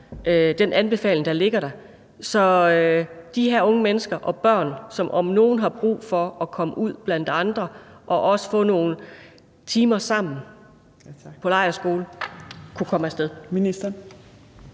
den anbefaling, der ligger, så de her unge mennesker og børn, som om nogen har brug for at komme ud blandt andre og også få nogle timer sammen på lejrskole, kunne komme af sted?